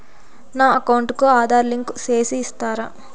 నా అకౌంట్ కు ఆధార్ లింకు సేసి ఇస్తారా?